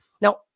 Now